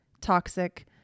toxic